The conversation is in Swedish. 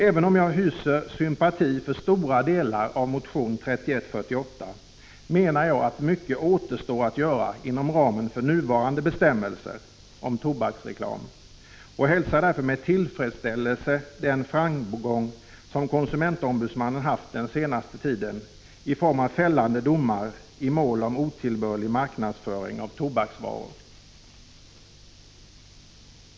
Även om jag hyser sympati för stora delar av motion 3148, menar jag att mycket återstår att göra inom ramen för nuvarande bestämmelser om tobaksreklam. Jag hälsar därför med tillfredsställelse den framgång konsumentombudsmannen haft den senaste tiden i form av fällande domar i mål om otillbörlig marknadsföring av tobaksvaror.